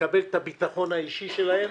לקבל את הביטחון האישי שלהם,